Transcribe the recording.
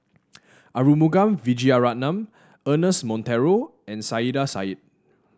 Arumugam Vijiaratnam Ernest Monteiro and Saiedah Said